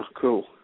cool